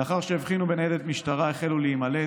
לאחר שהבחינו בניידת משטרה, החלו להימלט.